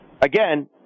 again